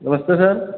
नमस्ते सर